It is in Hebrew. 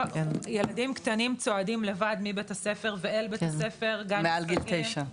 ילדים קטנים צועדים לבד מבית הספר ואל בית הספר וגם --- מעל גיל תשע.